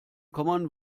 common